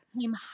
came